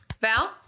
Val